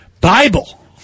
Bible